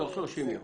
תוך 30 ימים.